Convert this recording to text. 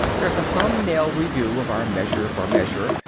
there's a thumbnail review of our measure for measure,